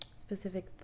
specific